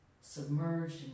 submerged